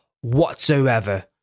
whatsoever